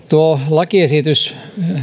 lakiesitys